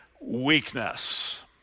weakness